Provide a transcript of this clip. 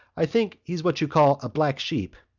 i think he's what you call a black sheep.